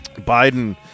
Biden